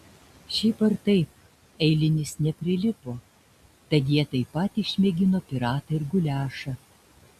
šiaip ar taip eilinis neprilipo tad jie taip pat išmėgino piratą ir guliašą